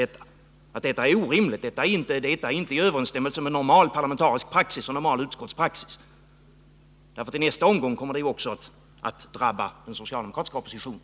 Metoden är inte i överensstämmelse med normal parlamentarisk utskottspraxis. I nästa omgång kommer detta att också drabba den socialdemokratiska oppositionen.